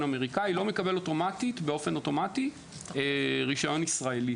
אמריקני לא מקבל אוטומטית רישיון ישראלי